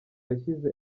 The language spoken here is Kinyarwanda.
yashyize